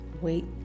wait